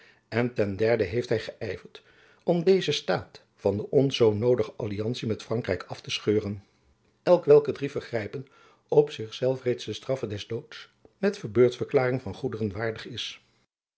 en ten derden heeft hy geyverd om dezen staat van de ons zoo noodige alliantie met frankrijk af te scheuren elk van welke drie vergrijpen op zich zelf reeds de straffe des doods met verbeurdverklaring van goederen waardig is